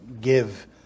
give